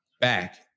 back